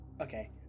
okay